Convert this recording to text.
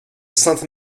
sainte